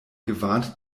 gewarnt